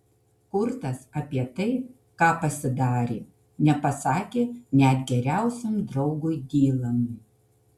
kurtas apie tai ką pasidarė nepasakė net geriausiam draugui dylanui